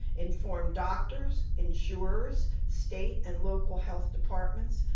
inform doctors, insurers, state and local health departments,